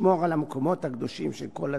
ותשמור על המקומות הקדושים של כל הדתות".